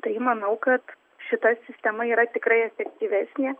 tai manau kad šita sistema yra tikrai efektyvesnė